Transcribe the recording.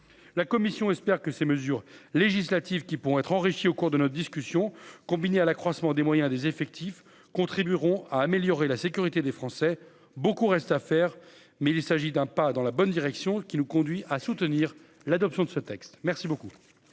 la Commission espère que ces mesures législatives qui pourront être enrichi au cours de notre discussion, combinée à l'accroissement des moyens des effectifs contribueront à améliorer la sécurité des Français, beaucoup reste à faire, mais il s'agit d'un pas dans la bonne direction, qui nous conduit à soutenir l'adoption de ce texte, merci beaucoup.